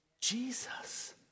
Jesus